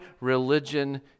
religion